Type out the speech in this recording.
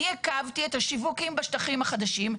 אני עיכבתי את השיווקים בשטחים החדשים,